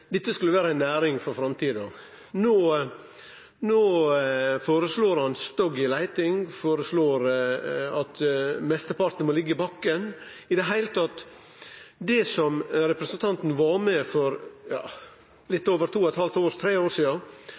dette skulle vere ei næring for framtida. No føreslår han stopp i leitinga, og at mesteparten må bli liggjande i bakken. Det er i det heile tatt blitt slik at det som representanten var med på for